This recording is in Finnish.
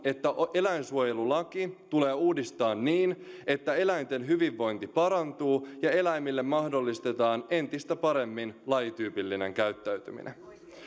että eläinsuojelulaki tulee uudistaa niin että eläinten hyvinvointi parantuu ja eläimille mahdollistetaan entistä paremmin lajityypillinen käyttäytyminen